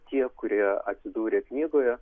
tie kurie atsidūrė knygoje